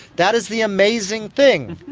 that is the amazing thing.